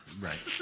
right